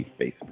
Facebook